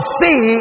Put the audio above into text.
see